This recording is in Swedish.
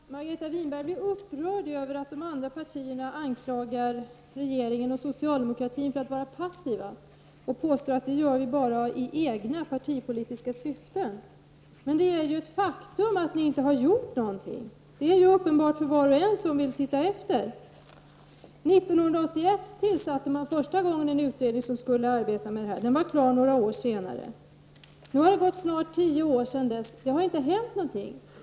Herr talman! Margareta Winberg blir upprörd över att de andra partierna anklagar regeringen och socialdemokratin för att vara passiva, och hon påstår att vi gör det bara i egna partipolitiska syften. Men det är ett faktum att ni inte har gjort någonting — det är uppenbart för var och en som vill se efter. År 1981 tillsattes för första gången en utredning som skulle arbeta med dessa frågor, och den var klar några år senare. Nu har det snart gått tio år sedan dess, och det har inte hänt någonting.